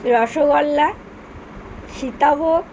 rasgulla Sitabhog